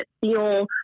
feel